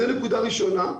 זאת נקודה ראשונה.